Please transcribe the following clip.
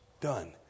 done